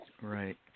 right